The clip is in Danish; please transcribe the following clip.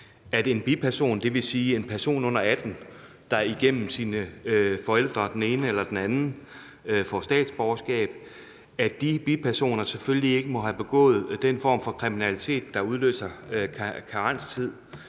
at en biperson – det vil sige en person under 18 år, der igennem den ene eller den anden af sine forældre får statsborgerskab – ikke må have begået den form for kriminalitet, der udløser karenstid,